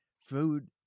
food